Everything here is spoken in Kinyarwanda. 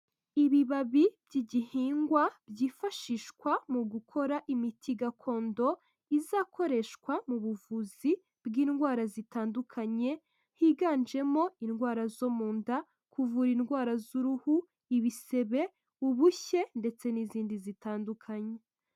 Ibibabi by'igihingwa byifashishwa mu gukora imiti gakondo izakoreshwa mu buvuzi bw'indwara zitandukanye higanjemo indwara zo mu nda, kuvura indwara z'uruhu, ibisebe, ubushye ndetse n'izindi zitandukanye.